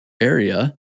area